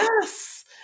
Yes